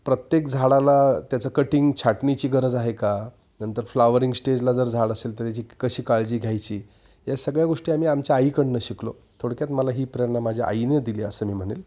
प्रत्येक झाडाला त्याचं कटिंग छाटणीची गरज आहे का नंतर फ्लावरिंग स्टेजला जर झाड असेल तर त्याची कशी काळजी घ्यायची या सगळ्या गोष्टी आम्ही आमच्या आईकडनं शिकलो थोडक्यात मला ही प्रेरणा माझ्या आईने दिली असं मी म्हणेल